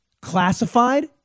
classified